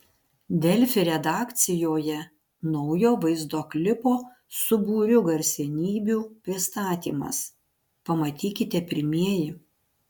delfi redakcijoje naujo vaizdo klipo su būriu garsenybių pristatymas pamatykite pirmieji